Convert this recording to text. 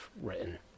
written